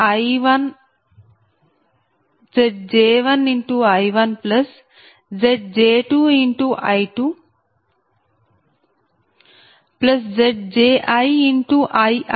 VjZj1I1Zj2I2ZjiIiIkZjjIj IkZjnIn